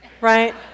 Right